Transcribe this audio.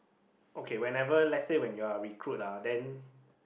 okay whenever let's say when you're recruit ah then